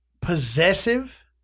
possessive